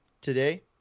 today